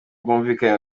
bwumvikane